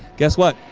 guess what.